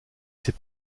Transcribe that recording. ses